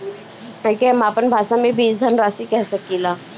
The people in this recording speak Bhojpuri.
एके हम आपन भाषा मे बीज धनराशि कह सकीला